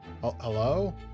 hello